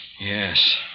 Yes